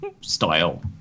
style